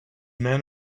men